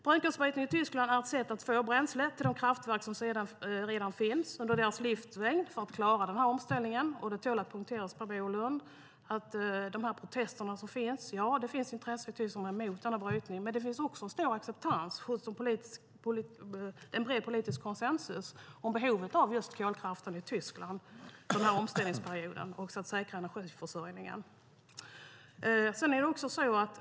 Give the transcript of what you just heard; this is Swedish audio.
Brunkolsbrytningen i Tyskland är ett sätt att få bränsle till de kraftverk som redan finns under deras livslängd för att klara omställningen - det tål att poängteras, Per Bolund. Beträffande de protester som finns: Ja, det finns intressenter i Tyskland som är emot denna brytning. Men det finns också en stor acceptans och en bred politisk konsensus om behovet av just kolkraft i Tyskland för den här omställningsperioden och också för att säkra energiförsörjningen.